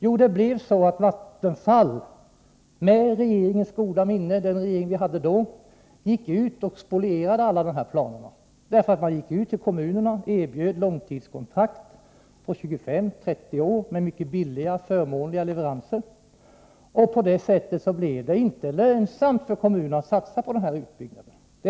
Jo, Vattenfall spolierade, med den dåvarande regeringens goda minne, alla dessa planer. Vattenfall gick ut till kommunerna och erbjöd dem långtidskontrakt på 25-30 år med mycket billiga och förmånliga leveranser. På det sättet blev det inte lönsamt för kommunerna att satsa på denna utbyggnad av den egna elproduktionen.